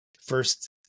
first